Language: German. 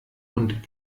und